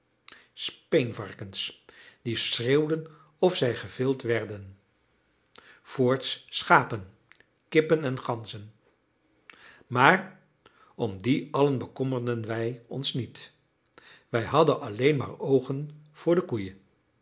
speenvarkens die schreeuwden of zij gevild werden voorts schapen kippen en ganzen maar om die allen bekommerden wij ons niet wij hadden alleen maar oogen voor de koeien